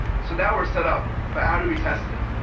so now we're set up, but how do we test it?